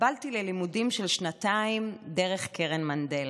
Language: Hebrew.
התקבלתי ללימודים של שנתיים דרך קרן מנדל,